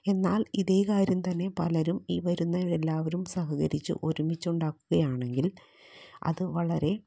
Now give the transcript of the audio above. എന്നാൽ ഇതേകാര്യം തന്നെ പലരും ഈ വരുന്നയെല്ലാവരും സഹകരിച്ച് ഒരുമിച്ച് ഉണ്ടാക്കുകയാണെങ്കിൽ അത് വളരെ